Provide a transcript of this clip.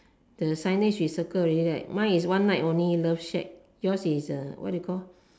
the signage you circle already right mine is one night only love shack yours is what do you call